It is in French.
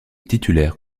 titulaire